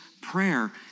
prayer